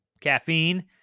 Caffeine